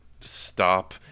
stop